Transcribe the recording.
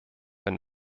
wenn